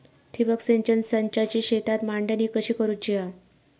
ठिबक सिंचन संचाची शेतात मांडणी कशी करुची हा?